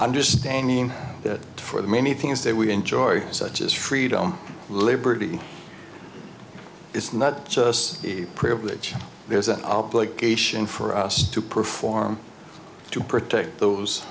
understanding that for the many things that we enjoy such as freedom liberty it's not just a privilege there's an obligation for us to perform to protect those